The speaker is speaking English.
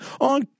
on